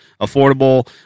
affordable